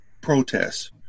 protests